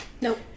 Nope